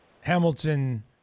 Hamilton